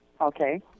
Okay